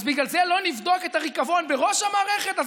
בגלל זה לא נבדוק את הריקבון בראש המערכת?